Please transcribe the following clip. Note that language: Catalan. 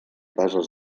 bases